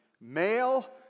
Male